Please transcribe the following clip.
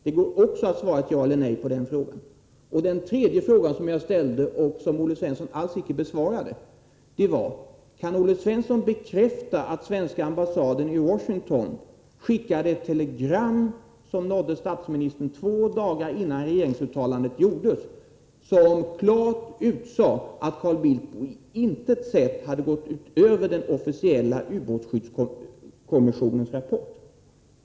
Det går också att svara ett ja eller nej på den frågan. Den tredje fråga som jag ställde och som Olle Svensson alls icke besvarade var: Kan Olle Svensson bekräfta att svenska ambassaden i Washington skickade ett telegram, som nådde statsministern två dagar innan regeringsuttalandet gjordes och som klart utsade att Carl Bildt på intet sätt hade gått utöver den officiella utbåtsskyddskommissionens rapport?